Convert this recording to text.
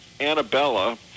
Annabella